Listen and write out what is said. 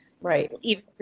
right